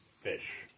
fish